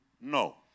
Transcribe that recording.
No